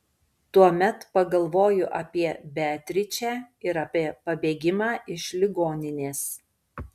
tuomet pagalvoju apie beatričę ir apie pabėgimą iš ligoninės